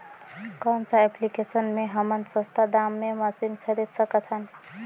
कौन सा एप्लिकेशन मे हमन सस्ता दाम मे मशीन खरीद सकत हन?